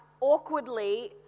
awkwardly